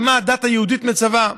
ומה הדת היהודית מצווה.